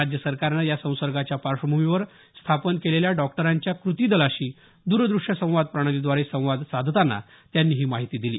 राज्य सरकारनं या संसर्गाच्या पार्श्वभूमीवर स्थापन केलेल्या डॉक्टरांच्या कृती दलाशी द्रद्रष्य संवाद प्रणालीद्वारे संवाद साधताना त्यांनी ही माहिती दिली